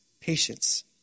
patience